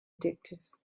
addictive